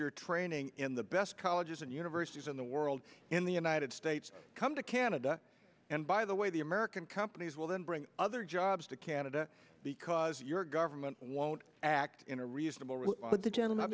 your training in the best colleges and universities in the world in the united states come to canada and by the way the american companies will then bring other jobs to canada because your government won't act in a reasonable